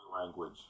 language